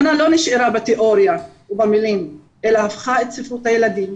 חנאן לא נשארה בתיאוריה ובמילים אלא הפכה את ספרות הילדים